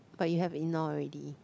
but you have ignore already